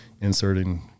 inserting